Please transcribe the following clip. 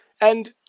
and-